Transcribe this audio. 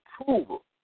approval